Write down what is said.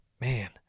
Man